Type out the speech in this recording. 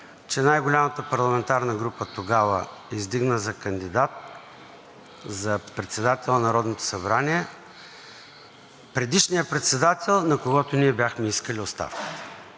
че най-голямата парламентарна група тогава издигна за кандидат за председател на Народното събрание предишния председател, на когото бяхме искали оставката.